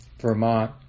Vermont